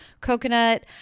coconut